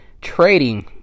trading